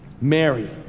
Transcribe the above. Mary